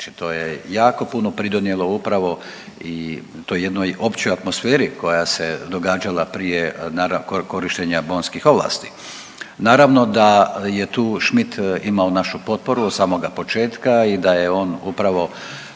znači to je jako puno pridonijelo upravo i toj jednoj općoj atmosferi koja se događala prije korištenja bonskih ovlasti. Naravno da je tu Schmidt imao našu potporu od samoga početka i da je on upravo